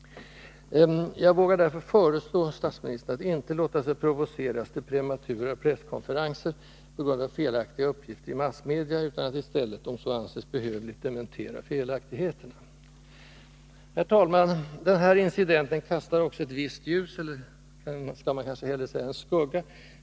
Jag vågar därför föreslå statsministern att inte låta sig provoceras till prematura presskonferenser på grund av felaktiga uppgifter i massmedia, utan att i stället, om så anses behövligt, dementera felaktigheterna. Herr talman! Den här incidenten kastar också ett visst ljus— eller skall man kanske hellre säga en skugga?